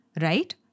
Right